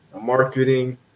Marketing